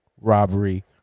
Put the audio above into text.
robbery